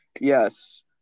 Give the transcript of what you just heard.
Yes